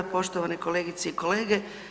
Poštovane kolegice i kolege.